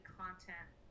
content